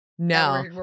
No